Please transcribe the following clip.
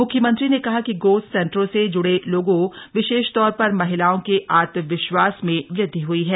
मुख्यमंत्री ने कहा कि ग्रोथ सेंटरों से जुड़े लोगों विशेषतौर पर महिलाओं के आत्मविश्वास में वद्धि हई है